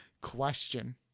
question